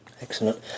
Excellent